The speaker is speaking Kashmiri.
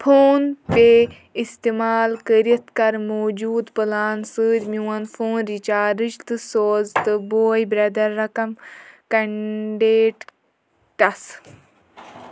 فون پے اِستعمال کٔرِتھ کَر موٗجوٗد پلانہٕ سۭتۍ میون فون رِچارٕج تہٕ سوز تہٕ بوے بٮ۪در رقم کنڈیٚٹس